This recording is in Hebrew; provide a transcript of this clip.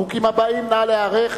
החוקים הבאים, נא להיערך,